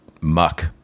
muck